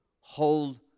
hold